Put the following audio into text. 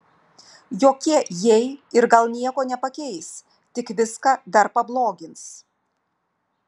jokie jei ir gal nieko nepakeis tik viską dar pablogins